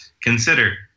consider